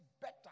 better